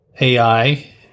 AI